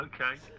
Okay